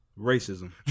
Racism